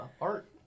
art